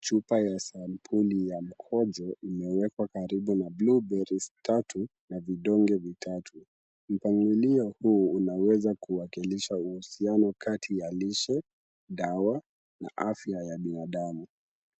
Chupa ya sampuli ya mkojo imewekwa karibu na blue berries tatu na vidonge vitatu. Mpangilio huu unaweza kuwakillisha uhusiano kati ya lishe, dawa na afya ya binadamu.